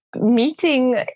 meeting